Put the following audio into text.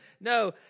No